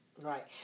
Right